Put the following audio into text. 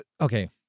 okay